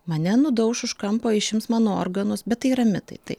mane nudauš už kampo išims mano organus bet tai yra mitai tai